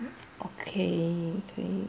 okay